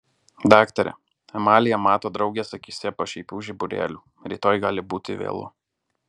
daktare amalija mato draugės akyse pašaipių žiburėlių rytoj gali būti vėlu